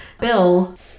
Bill